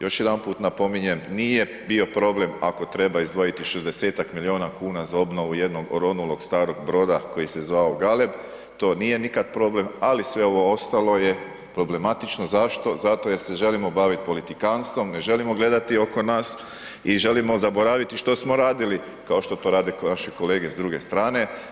Još jedanput napominjem, nije bio problem ako treba izdvojiti 60-ak milijuna kuna za obnovu jednog oronulog starog broda koji se zvao „Galeb“, to nije nikad problem ali sve ovo ostale je problematično, zašto, zato jer se želimo baviti politikanstvom, ne želimo gledati oko nas i želimo zaboraviti što smo radili kao što to rade naši kolege s druge strane.